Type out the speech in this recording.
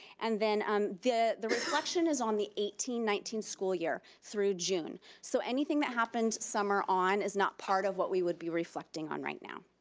and then um the the reflection is on the eighteen nineteen school year, through june, so anything that happened summer on, is not part of what we would be reflecting on right now,